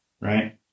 right